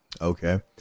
Okay